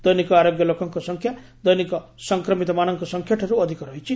ଦୈନିକ ଆରୋଗ୍ୟ ଲୋକଙ୍କ ସଂଖ୍ୟା ଦୈନିକ ସଂକ୍ରମିତମାନଙ୍କ ସଂଖ୍ୟାଠାରୁ ଅଧିକ ରହିଛି